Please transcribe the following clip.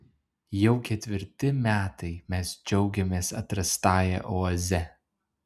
jau ketvirti metai mes džiaugiamės atrastąja oaze